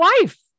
wife